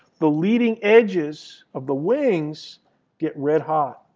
the leading edges of the wings get red hot.